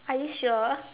are you sure